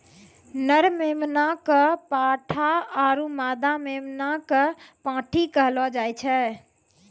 नर मेमना कॅ पाठा आरो मादा मेमना कॅ पांठी कहलो जाय छै